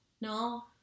No